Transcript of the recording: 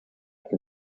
can